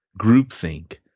groupthink